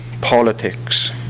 politics